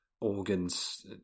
organs